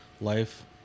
life